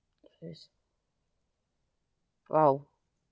yes !wow!